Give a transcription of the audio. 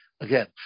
Again